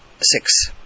six